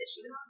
issues